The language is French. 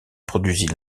produisit